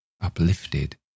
uplifted